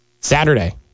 Saturday